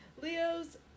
Leo's